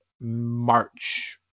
March